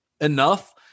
enough